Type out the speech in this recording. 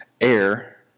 air